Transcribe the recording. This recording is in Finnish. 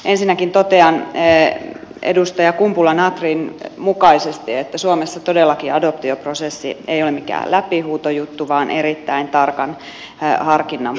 ensinnäkin totean edustaja kumpula natrin mukaisesti että suomessa todellakaan adoptioprosessi ei ole mikään läpihuutojuttu vaan erittäin tarkan harkinnan paikka